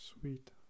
Sweet